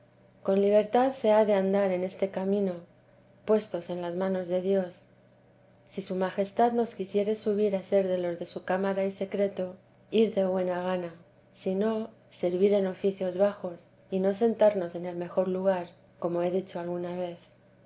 con libertad se ha de andar en este camino puestos en las manos de dios si su majestad nos quisiere subir a ser de los de su cámara y secreto ir de buena gana si no servir en oficios bajos y no sentarnos en el mejor lugar como he dicho alguna vez